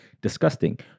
disgusting